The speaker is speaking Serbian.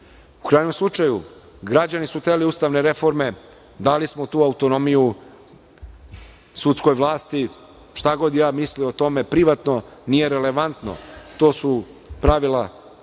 U krajnjem slučaju, građani su hteli ustavne reforme, dali smo tu autonomiju sudskoj vlasti, šta god ja mislio o tome privatno, nije relevantno, to su pravila koja